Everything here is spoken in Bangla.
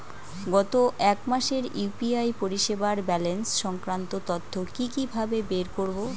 গত এক মাসের ইউ.পি.আই পরিষেবার ব্যালান্স সংক্রান্ত তথ্য কি কিভাবে বের করব?